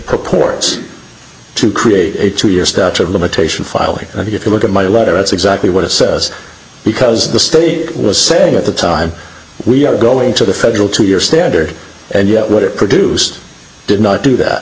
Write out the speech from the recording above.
purports to create a two year statute of limitation filing and if you look at my letter that's exactly what it says because the state was saying at the time we are going to the federal to your standard and yet what it produced did not do that